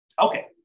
Okay